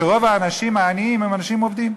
שרוב האנשים העניים הם אנשים עובדים,